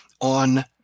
on